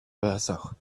versa